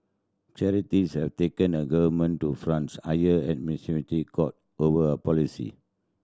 charities have taken the government to France's highest administrative court over a policy